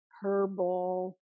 herbal